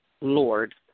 Lord